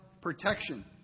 protection